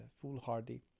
foolhardy